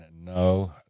no